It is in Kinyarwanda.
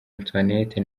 antoinette